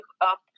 up